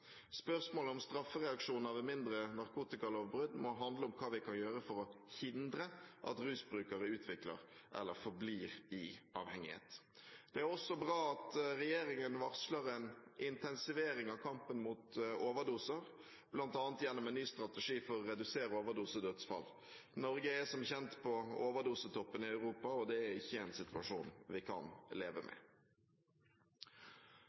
Spørsmålet om straffereaksjoner ved mindre narkotikalovbrudd må handle om hva vi kan gjøre for å hindre at rusbrukere utvikler avhengighet eller forblir i avhengighet. Det er også bra at regjeringen varsler en intensivering av kampen mot overdoser, bl.a. gjennom en ny strategi for å redusere antallet overdosedødsfall. Norge er som kjent på overdosetoppen i Europa, og det er ikke en situasjon vi kan leve